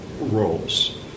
roles